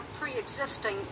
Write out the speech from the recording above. pre-existing